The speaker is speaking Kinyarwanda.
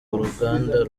uruganda